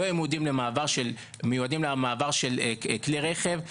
לא היו מיועדים למעבר של כלי רכב.